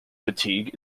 fatigue